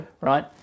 right